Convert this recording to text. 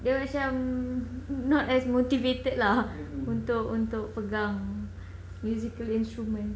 dia macam not as motivated lah untuk untuk pegang musical instruments